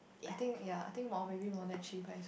I think ya I think more maybe more than